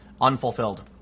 unfulfilled